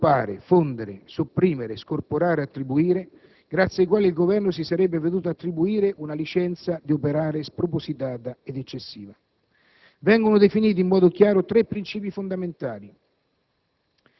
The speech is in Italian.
«accorpare, fondere, sopprimere, scorporare e attribuire», grazie ai quali il Governo si sarebbe potuto attribuire una licenza di operare spropositata ed eccessiva. Vengono inoltre definiti in modo chiaro tre princìpi fondamentali.